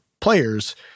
players